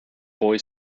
boy